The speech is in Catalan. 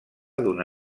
d’una